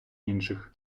інших